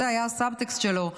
זה היה הסאב-טקסט שלו,